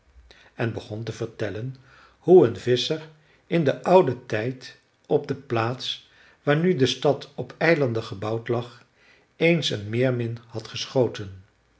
en begon te vertellen hoe een visscher in den ouden tijd op de plaats waar nu de stad op eilanden gebouwd lag eens een meermin had geschoten